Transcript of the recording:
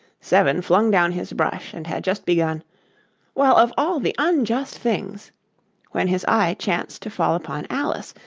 seven flung down his brush, and had just begun well, of all the unjust things when his eye chanced to fall upon alice,